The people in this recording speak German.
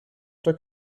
der